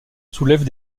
soulèvent